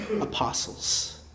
apostles